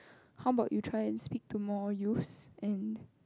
how about you try to speak to more youths and